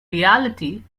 reality